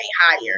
higher